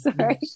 sorry